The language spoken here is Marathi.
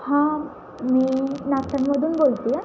हां मी नागठानमधून बोलत आहे